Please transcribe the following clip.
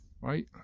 right